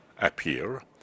appear